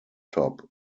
top